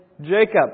Jacob